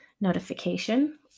notification